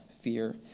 fear